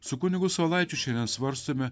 su kunigu saulaičiu šiandien svarstome